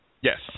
Yes